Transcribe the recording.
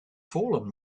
fallen